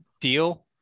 deal